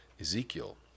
Ezekiel